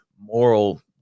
moral